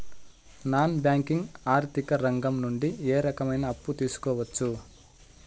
Non banking ఆర్థిక రంగం నుండి ఏ రకమైన అప్పు తీసుకోవచ్చు?